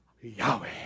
Yahweh